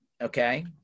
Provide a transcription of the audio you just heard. Okay